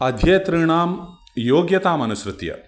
अध्येतृणां योग्यतामनुसृत्य